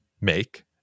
make